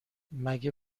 مگه